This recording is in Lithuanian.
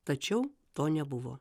tačiau to nebuvo